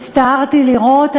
והצטערתי לראות,